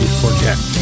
forget